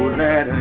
let